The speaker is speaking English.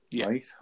right